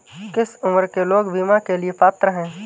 किस उम्र के लोग बीमा के लिए पात्र हैं?